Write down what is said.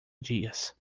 dias